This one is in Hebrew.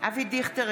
אבי דיכטר,